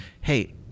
Hey